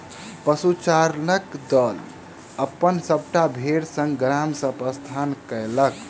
पशुचारणक दल अपन सभटा भेड़ संग गाम सॅ प्रस्थान कएलक